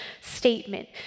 statement